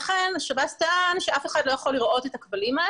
אף אחד לא אמר שאתם שקרנים,